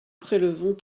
prélevons